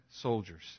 soldiers